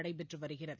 நடைபெற்று வருகிறது